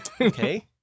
okay